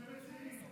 אתם שני מציעים,